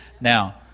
Now